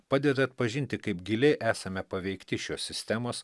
padeda atpažinti kaip giliai esame paveikti šios sistemos